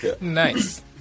Nice